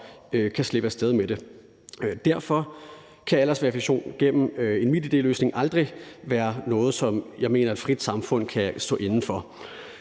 kan slippe af sted med det. Derfor kan aldersverificering gennem en MitID-løsning aldrig være noget, som jeg mener et frit samfund kan stå inde for.